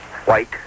white